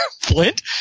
Flint